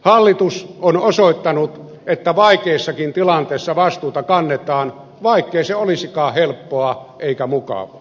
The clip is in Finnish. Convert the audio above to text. hallitus on osoittanut että vaikeissakin tilanteissa vastuuta kannetaan vaikkei se olisikaan helppoa eikä mukavaa